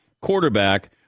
quarterback